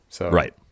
Right